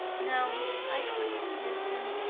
no i couldn't induce him,